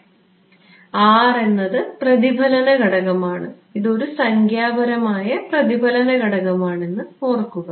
അതിനാൽ R എന്നത് പ്രതിഫലന ഘടകമാണ് ഇത് ഒരു സംഖ്യാപരമായ പ്രതിഫലന ഘടകമാണെന്ന് ഓർക്കുക